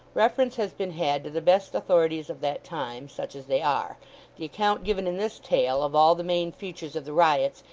reference has been had to the best authorities of that time, such as they are the account given in this tale, of all the main features of the riots,